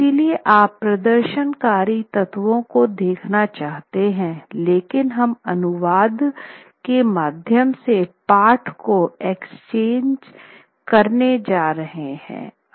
इसलिए आप प्रदर्शनकारी तत्वों को देखना चाहते हैं लेकिन हम अनुवाद के माध्यम से पाठ को एक्सेस करने जा रहे हैं